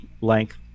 length